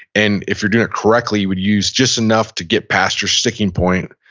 and if you're doing it correctly you would use just enough to get past your sticking point,